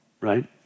right